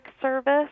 service